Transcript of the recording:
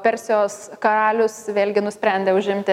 persijos karalius vėlgi nusprendė užimti